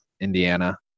Indiana